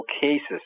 cases